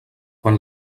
quan